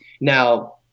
Now